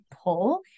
pull